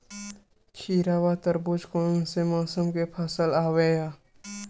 खीरा व तरबुज कोन से मौसम के फसल आवेय?